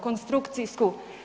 Konstrukcijsku.